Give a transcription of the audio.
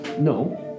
No